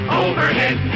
overhead